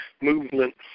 Movement